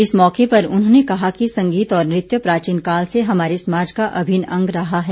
इस मौके पर उन्होंने कहा कि संगीत और नृत्य प्राचीन काल से हमारे समाज का अभिन्न अंग रहा है